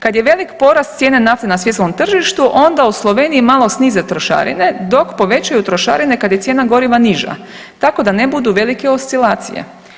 Kad je velik porast cijene nafte na svjetskom tržištu onda u Sloveniji malo snize trošarine dok povećaju trošarine kad je cijena goriva niža, tako da ne budu velike oscilacije.